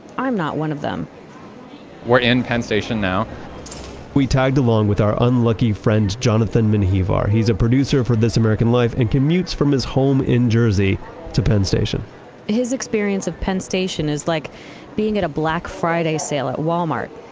i'm not one of them we're in penn station now we tagged along with our unlucky friend jonathan minhiva. he's a producer for this american life and commutes from his home in jersey to penn station his experience of penn station is like being at a black friday sale at walmart,